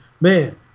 Man